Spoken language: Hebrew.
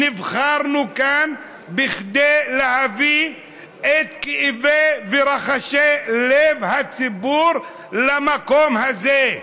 נבחרנו כאן כדי להביא את כאבי ורחשי לב הציבור למקום הזה.